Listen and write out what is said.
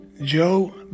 Joe